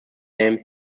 named